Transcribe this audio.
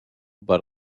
but